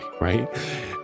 right